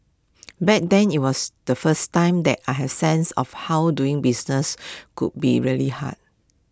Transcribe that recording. back then IT was the first time that I had sense of how doing business could be really hard